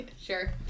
sure